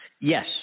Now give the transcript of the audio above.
Yes